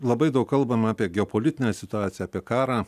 labai daug kalbama apie geopolitinę situaciją apie karą